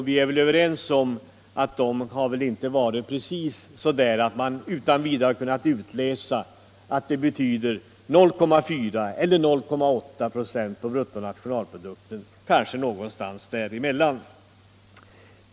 Vi är överens om att dessa inte varit räknade på det sättet att man utan vidare kunnat utläsa att åtgärderna betyder t.ex. 0,4 eller 0,8 26 av bruttonationalprodukten — kanske någonting däremellan.